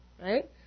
right